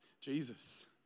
Jesus